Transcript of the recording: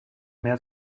mehr